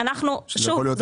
שוב,